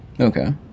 Okay